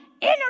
inner